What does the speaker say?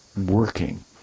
working